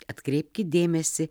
atkreipkit dėmesį